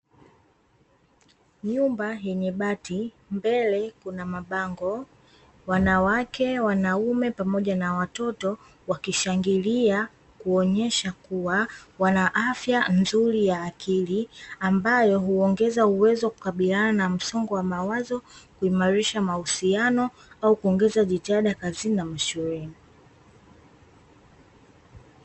Nyumba yenye bati, mbele kuna mabango, wanawake, wanaume pamoja na watoto wakishangilia kuonyesha kuwa wana afya nzuri ya akili ambayo huongeza uwezo wa kukabiliana na msongo wa mawazo, kuimarisha mahusiano au kuongeza jitihada kazini na mashuleni.